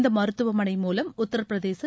இந்த மருத்துவமனை மூலம் உத்திரபிரதேசம்